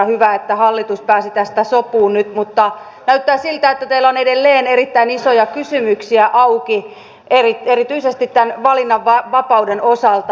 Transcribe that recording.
hyvä että hallitus pääsi tästä sopuun nyt mutta näyttää siltä että teillä on edelleen erittäin isoja kysymyksiä auki erityisesti tämän valinnanvapauden osalta